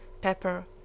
pepper